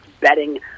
betting